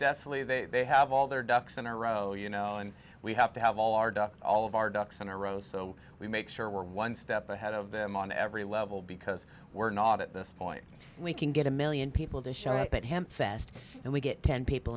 definitely they they have all their ducks in a row you know and we have to have all our ducks all of our ducks in a row so we make sure we're one step ahead of them on every level because we're not at this point we can get a million people to show up at him fast and we get ten people